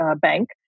bank